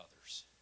others